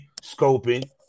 scoping